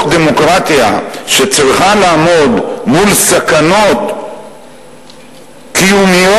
דמוקרטיה שצריכה לעמוד מול סכנות קיומיות.